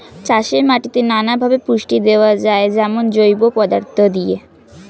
চাষের মাটিতে নানা ভাবে পুষ্টি দেওয়া যায়, যেমন জৈব পদার্থ দিয়ে